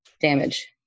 damage